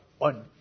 On